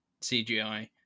CGI